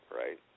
right